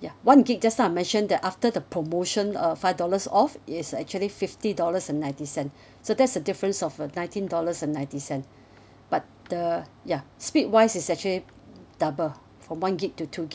ya one gigabyte just now I mentioned the after the promotion uh five dollars off is actually fifty dollars and ninety cents so that's a difference of uh nineteen dollars and ninety cents but the ya speed wise is actually double for one gigabyte to two gigabyte